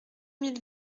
mille